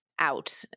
out